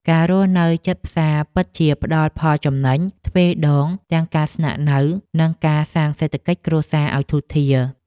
ការរស់នៅជិតផ្សារពិតជាផ្តល់ផលចំណេញទ្វេដងទាំងការស្នាក់នៅនិងការសាងសេដ្ឋកិច្ចគ្រួសារឱ្យធូរធារ។